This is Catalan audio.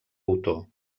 autor